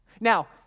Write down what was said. Now